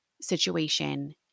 situation